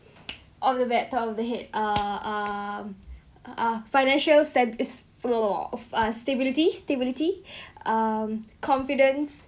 off the back top of the head uh um ah financial stand is full of uh stability stability um confidence